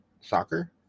soccer